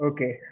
Okay